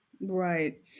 right